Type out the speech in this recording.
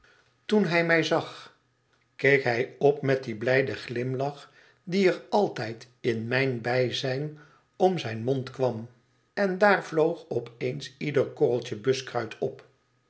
toen hij mij zag keek hij op met dien blijden glimlach die er altijd in mijn bijzijn om zijn mond kwam en daar vloog op eens ieder korreltje buskruit op